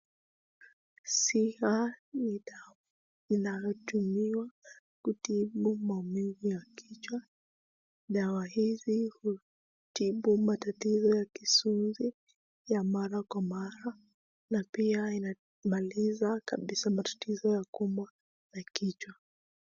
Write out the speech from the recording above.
Siha ni dawa inayotumiwa kutibu maumivu ya kichwa, dawa hizi hutibu matatizo ya kisunzi ya mara kwa mara na pia inamaliza kabisa matatizo ya kuumwa na kichwa.